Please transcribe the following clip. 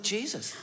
Jesus